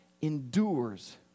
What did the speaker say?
endures